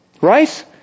right